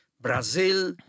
Brazil